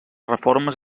reformes